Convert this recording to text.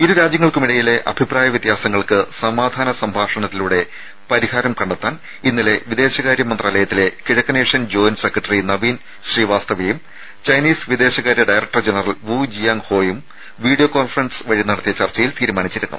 ഇരു രാജ്യങ്ങൾക്കുമിടയിലെ അഭിപ്രായ വ്യത്യാസങ്ങൾക്ക് സമാധാന സംഭാഷണത്തിലൂടെ പരിഹാരം കണ്ടെത്താൻ ഇന്നലെ വിദേശകാര്യ മന്ത്രാലയത്തിലെ കിഴക്കനേഷ്യൻ ജോയിന്റ് സെക്രട്ടറി നവീൻ ശ്രീവാസ്തവയും ചൈനീസ് വിദേശകാര്യ ഡയറക്ടർ ജനറൽ വു ജിയാങ് ഹോയും ഇന്നലെ വീഡിയോ കോൺഫറൻസ് വഴി നടത്തിയ ചർച്ചയിലും തീരുമാനിച്ചിരുന്നു